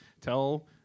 Tell